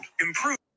improve